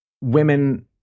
women